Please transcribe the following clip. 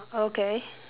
okay